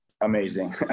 amazing